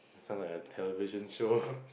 sound like a television show